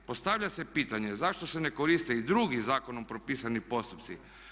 Postavlja se pitanje zašto se ne koriste i drugi zakonom propisani postupci?